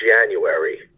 January